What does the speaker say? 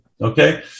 Okay